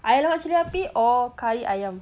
ayam lemak cili api or kari ayam